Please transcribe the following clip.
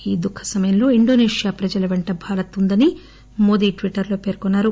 ఈ దుఃఖసమయంలో ఇండోసేషియా ప్రజల వెంట భారత్ ఉన్నదని మోదీ ట్విట్టర్లో పేర్కొన్నారు